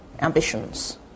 ambitions